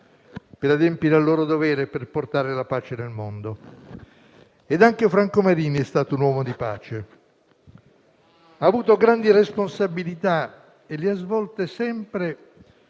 per adempiere al loro dovere e per portare la pace nel mondo. Anche Franco Marini è stato un uomo di pace: ha avuto grandi responsabilità e le ha svolte sempre